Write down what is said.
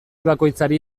bakoitzari